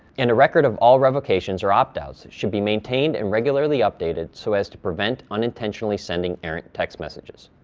and a record of all revocations or opt-outs should be maintained and regularly updated so as to prevent unintentionally sending errant text messages.